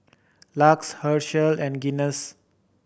LUX Herschel and Guinness